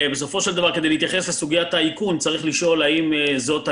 בסופו של דבר כדי להתייחס לסוגיית האיכון צריך לשאול האם זאת הדרך,